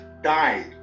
died